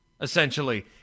essentially